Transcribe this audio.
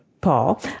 Paul